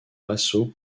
vassaux